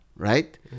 right